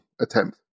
attempt